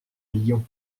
lyon